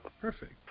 Perfect